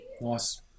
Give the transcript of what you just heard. nice